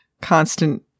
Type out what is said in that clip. constant